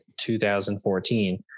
2014